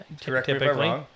typically